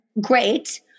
great